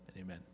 Amen